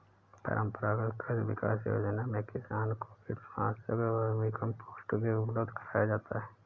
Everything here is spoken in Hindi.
परम्परागत कृषि विकास योजना में किसान को कीटनाशक, वर्मीकम्पोस्ट भी उपलब्ध कराया जाता है